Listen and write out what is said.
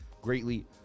greatly